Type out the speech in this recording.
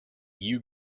you